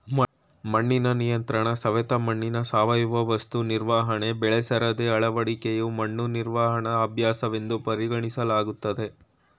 ಮಣ್ಣಿನ ನಿಯಂತ್ರಣಸವೆತ ಮಣ್ಣಿನ ಸಾವಯವ ವಸ್ತು ನಿರ್ವಹಣೆ ಬೆಳೆಸರದಿ ಅಳವಡಿಕೆಯು ಮಣ್ಣು ನಿರ್ವಹಣಾ ಅಭ್ಯಾಸವೆಂದು ಪರಿಗಣಿಸಲಾಗ್ತದೆ